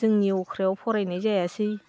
जोंनि अख्रायाव फरायनाय जायासै